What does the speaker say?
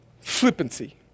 flippancy